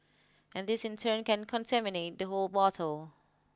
and this in turn can contaminate the whole bottle